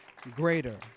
greater